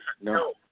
no